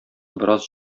бераз